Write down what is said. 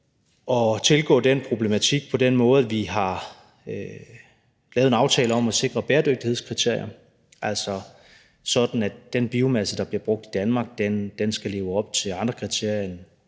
at tilgå den problematik på den måde, at vi har lavet en aftale om at sikre bæredygtighedskriterierne, altså sådan at den biomasse, der bliver brugt i Danmark, skal leve op til andre kriterier end